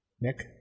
Nick